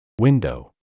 window